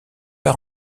par